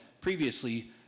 previously